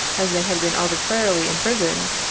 as they had been arbitrarily imprison